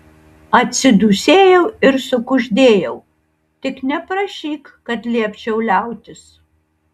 atsidūsėjau ir sukuždėjau tik neprašyk kad liepčiau liautis